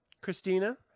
Christina